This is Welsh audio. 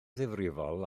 ddifrifol